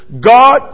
God